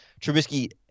Trubisky